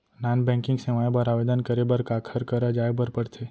non banking सेवाएं बर आवेदन करे बर काखर करा जाए बर परथे